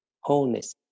wholeness